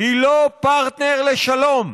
היא לא פרטנר לשלום.